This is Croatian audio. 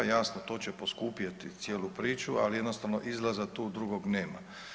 Jasno to će poskupjeti cijelu priču, ali jednostavno izlaza tu drugog nema.